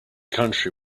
country